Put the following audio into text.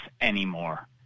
anymore